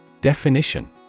Definition